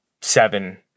seven